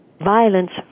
violence